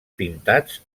pintats